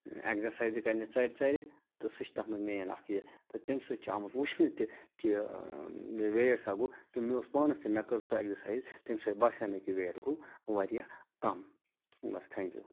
ایٚگزَرسایزٕے کَررِنہِ ژَرِ ژَرِ تہٕ سُہ چھُ تَتھ منٛز مین اکھ یہِ تہٕ تمہِ سۭتۍ چھُ آمُت وُچھنہٕ تہِ کہِ ویٹ سا گوٚو کہِ مےٚ اوس پانَس تہِ مےٚ کٔر سُہ ایٚگزَرسایز تمہِ سۭتۍ باسیٛو مےٚ کہِ ویٹ گوٚو واریاہ کَم بَس تھینٛکیوٗ